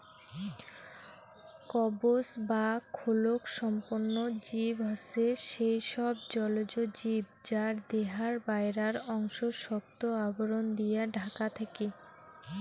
কবচ বা খোলক সম্পন্ন জীব হসে সেই সব জলজ জীব যার দেহার বায়রার অংশ শক্ত আবরণ দিয়া ঢাকা থাকি